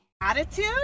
Attitude